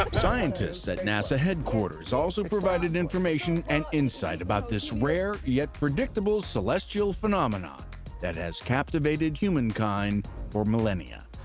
um scientists at nasa headquarters also provided information and insight about this rare yet predictable celestial phenomenon that has captivated humankind for millennia.